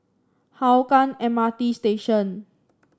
Hougang M R T Station